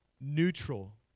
neutral